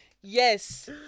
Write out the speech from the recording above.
yes